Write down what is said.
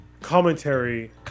commentary